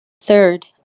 Third